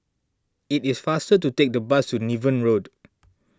it is faster to take the bus to Niven Road